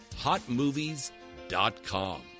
Hotmovies.com